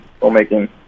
filmmaking